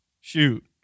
Shoot